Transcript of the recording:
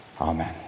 Amen